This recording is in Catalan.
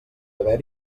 haver